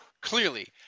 clearly